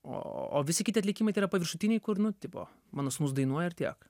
o visi kiti atlikimai tai yra paviršutiniai kur nu tipo mano sūnus dainuoja ir tiek